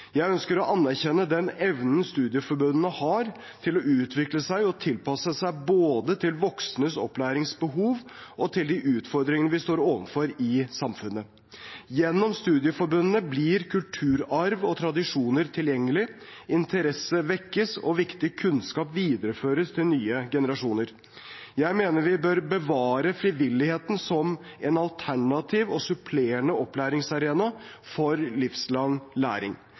Jeg ønsker å anerkjenne den evnen studieforbundene har til å utvikle seg og tilpasse seg både voksnes opplæringsbehov og de utfordringene vi står overfor i samfunnet. Gjennom studieforbundene blir kulturarv og tradisjoner tilgjengelig, interesse vekkes, og viktig kunnskap videreføres til nye generasjoner. Jeg mener vi bør bevare frivilligheten som en alternativ og supplerende opplæringsarena for livslang læring.